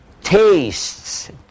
tastes